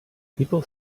people